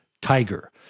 Tiger